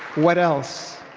what else?